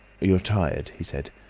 you are tired, he said,